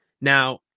now